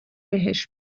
بهش